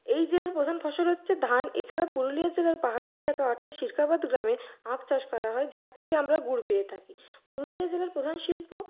এই জেলার প্রধান ফসল হচ্ছে ধান এছাড়া পুরুলিয়া জেলার পাহাড়ি এলাকা অর্থাৎ সিরকাবাদ গ্রামে আখ চাষ করা হয় যার থেকে আমরা গুড় পেয়ে থাকি পুরুলিয়া জেলার প্রধান শিল্প